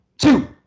two